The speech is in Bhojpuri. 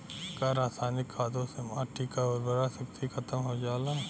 का रसायनिक खादों से माटी क उर्वरा शक्ति खतम हो जाला?